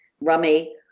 rummy